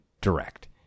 direct